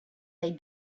they